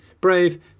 Brave